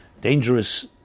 dangerous